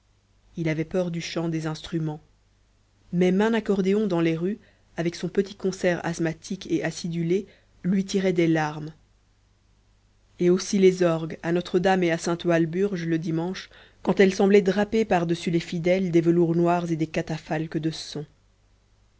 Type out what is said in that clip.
il avait peur du chant des instruments même un accordéon dans les rues avec son petit concert asthmatique et acidulé lui tirait des larmes et aussi les orgues à notre-dame et à sainte walburge le dimanche quand ils semblaient draper par-dessus les fidèles des velours noirs et des catafalques de sons